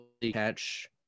catch